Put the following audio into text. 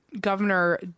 Governor